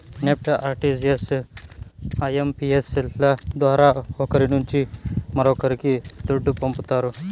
NEFT, RTGS, IMPS ల ద్వారా ఒకరి నుంచి మరొక్కరికి దుడ్డు పంపతారు